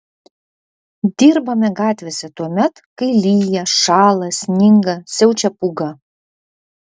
dirbame gatvėse tuomet kai lyja šąla sninga siaučia pūga